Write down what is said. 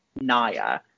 Naya